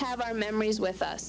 have our memories with us